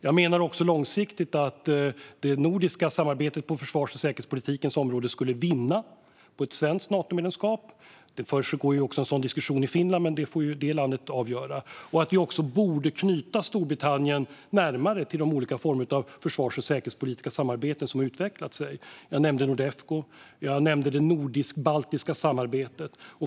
Jag menar också att det nordiska samarbetet på försvars och säkerhetspolitikens område långsiktigt skulle vinna på ett svenskt Natomedlemskap. Det försiggår också en sådan diskussion i Finland, men det får detta land avgöra. Vi borde också knyta Storbritannien närmare till de olika former av försvars och säkerhetspolitiska samarbeten som har utvecklats. Jag nämnde Nordefco, och jag nämnde det nordisk-baltiska samarbetet.